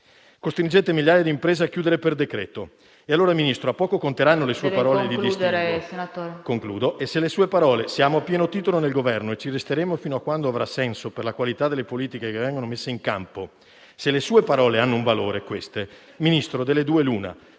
Costringete migliaia di imprese a chiudere per decreto. E allora, signor Ministro, a poco conteranno le sue parole di distinguo. E se le sue parole «siamo a pieno titolo nel Governo e ci resteremo fino a quando avrà senso per la qualità delle politiche che vengono messe in campo» hanno un valore, signor Ministro, delle due l'una: